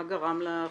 מה גרם לחקיקה?